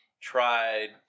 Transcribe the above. tried